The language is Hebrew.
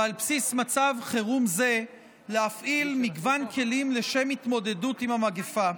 ועל בסיס מצב חירום זה להפעיל מגוון כלים לשם התמודדות עם המגפה.